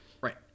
Right